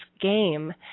game